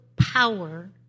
power